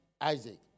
Isaac